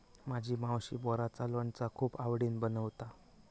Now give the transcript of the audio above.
माझी मावशी बोराचा लोणचा खूप आवडीन बनवता